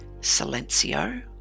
Silencio